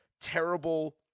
terrible